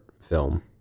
film